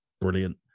brilliant